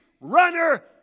runner